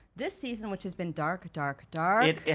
this season, which has been dark, dark, dark. it